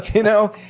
you know?